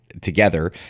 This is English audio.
together